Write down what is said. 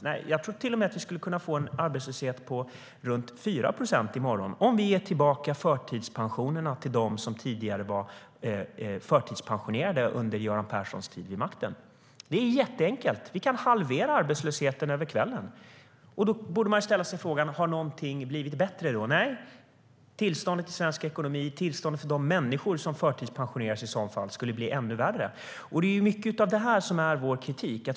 Jag tror att vi till och med skulle kunna få en arbetslöshet på runt 4 procent i morgon - om vi ger tillbaka förtidspensionerna till dem som tidigare var förtidspensionerade under Göran Perssons tid vid makten. Det är enkelt. Vi kan halvera arbetslösheten över kvällen. Har någonting blivit bättre? Tillståndet i svensk ekonomi och för de människor som förtidspensioneras skulle bli ännu värre. Mycket av detta är vår kritik.